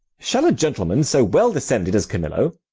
shall a gentleman so well descended as camillo